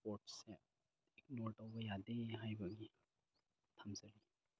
ꯁ꯭ꯄꯣꯔꯠꯁꯁꯦ ꯏꯛꯅꯣꯔ ꯇꯧꯕ ꯌꯥꯗꯦ ꯍꯥꯏꯕꯒꯤ ꯊꯝꯖꯩ